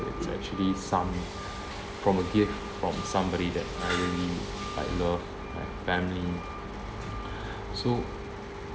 it's actually some~ from a gift from somebody that I really like love like family so